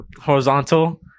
Horizontal